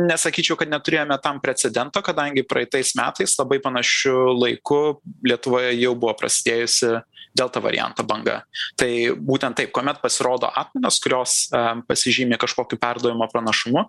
nesakyčiau kad neturėjome tam precedento kadangi praeitais metais labai panašiu laiku lietuvoje jau buvo prasidėjusi delta varianto banga tai būtent taip kuomet pasirodo atmainos kurios a pasižymi kažkokiu perdavimo pranašumu